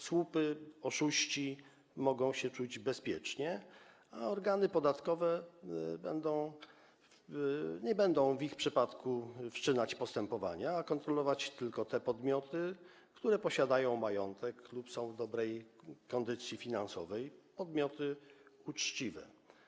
Słupy, oszuści mogą się czuć bezpiecznie, bo organy podatkowe nie będą w ich przypadku wszczynać postępowania, tylko kontrolować te podmioty, które posiadają majątek lub są w dobrej kondycji finansowej, podmioty uczciwe.